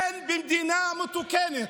אין במדינה מתוקנת,